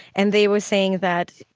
and they were saying that,